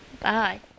Bye